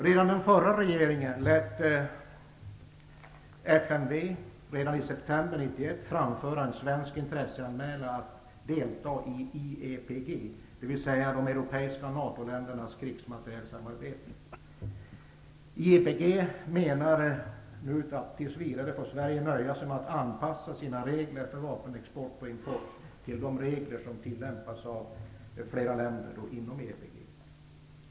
Redan den förra regeringen lät FMV i september 1991 framföra en svensk intresseanmälan att delta i IEPG, dvs. de europeiska NATO-ländernas krigsmaterielsamarbete. IEPG menar att Sverige tills vidare får nöja sig med att anpassa sina regler för vapenexport och vapenimport till de regler som tillämpas av flera länder inom IEPG.